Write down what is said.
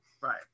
Right